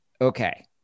okay